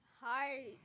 Hi